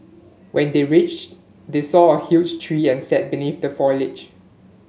when they reached they saw a huge tree and sat beneath the foliage